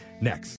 next